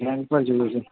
રેન પર જોઈએ છે